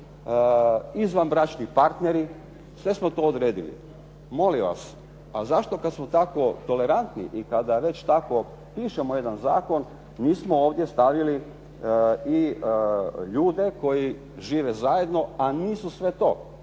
izvanbračni partneri. Sve smo to odredili. Molim vas, a zašto kad smo tako tolerantni i kada već tako pišemo jedan zakon nismo ovdje stavili i ljude koji žive zajedno, a nisu sve to,